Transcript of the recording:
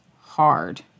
hard